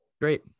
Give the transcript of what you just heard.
Great